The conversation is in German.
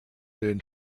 den